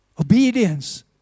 Obedience